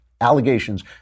allegations